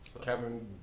Kevin